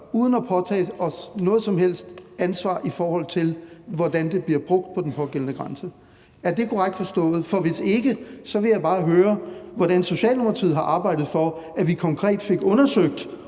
os noget som helst ansvar, i forhold til hvordan det bliver brugt ved den pågældende grænse. Er det korrekt forstået? For hvis ikke, vil jeg bare høre, hvordan Socialdemokratiet har arbejdet for, at vi konkret fik undersøgt,